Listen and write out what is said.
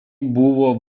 buvo